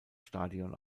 stadion